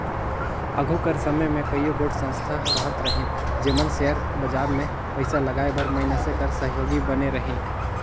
आघु कर समे में कइयो गोट संस्था रहत रहिन जेमन सेयर बजार में पइसा लगाए बर मइनसे कर सहयोगी बने रहिन